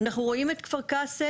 אנחנו רואים את כפר קאסם,